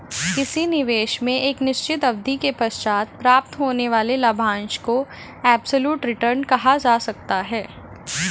किसी निवेश में एक निश्चित अवधि के पश्चात प्राप्त होने वाले लाभांश को एब्सलूट रिटर्न कहा जा सकता है